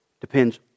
depends